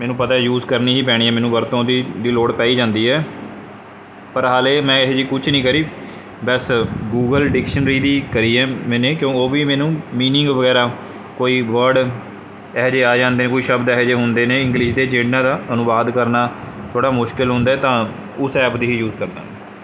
ਮੈਨੂੰ ਪਤਾ ਯੂਸ ਕਰਨੀ ਹੀ ਪੈਣੀ ਮੈਨੂੰ ਵਰਤੋਂ ਦੀ ਦੀ ਲੋੜ ਪੈ ਹੀ ਜਾਂਦੀ ਹੈ ਪਰ ਹਾਲੇ ਮੈਂ ਇਹੋ ਜਿਹੀ ਕੁਛ ਨਹੀਂ ਕਰੀ ਬਸ ਗੂਗਲ ਡਿਕਸ਼ਨਰੀ ਦੀ ਕਰੀ ਹੈ ਮੈਂ ਕਿਉਂ ਉਹ ਵੀ ਮੈਨੂੰ ਮੀਨਿੰਗ ਵਗੈਰਾ ਕੋਈ ਵਰਡ ਇਹੋ ਜਿਹੇ ਆ ਜਾਂਦੇ ਕੋਈ ਸ਼ਬਦ ਇਹੋ ਜਿਹੇ ਹੁੰਦੇ ਨੇ ਇੰਗਲਿਸ਼ ਦੇ ਜਿਹਨਾਂ ਦਾ ਅਨੁਵਾਦ ਕਰਨਾ ਥੋੜ੍ਹਾ ਮੁਸ਼ਕਿਲ ਹੁੰਦਾ ਤਾਂ ਉਸ ਐਪ ਦਾ ਹੀ ਯੂਸ ਕਰਦਾ